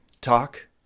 talk